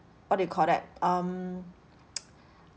what do you call that um